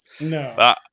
No